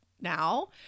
now